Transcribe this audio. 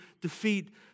defeat